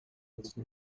isso